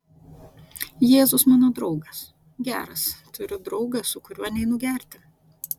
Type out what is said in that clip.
jėzus mano draugas geras turiu draugą su kuriuo neinu gerti